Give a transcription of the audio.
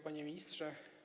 Panie Ministrze!